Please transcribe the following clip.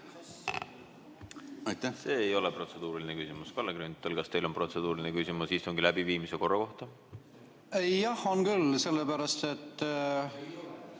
See ei ole protseduuriline küsimus. Kalle Grünthal, kas teil on protseduuriline küsimus istungi läbiviimise korra kohta? Jah, on küll. Kolleeg